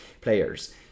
players